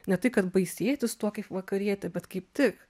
ne tai kad baisėtis tuo kaip vakarietė bet kaip tik